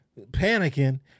panicking